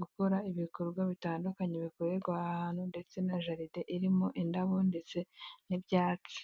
gukora ibikorwa bitandukanye bikorerwa aha hantu, ndetse na jaride irimo indabo ndetse n'ibyatsi.